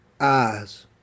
eyes